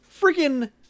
Freaking